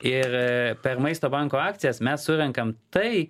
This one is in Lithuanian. ir per maisto banko akcijas mes surenkam tai